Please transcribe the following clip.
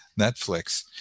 Netflix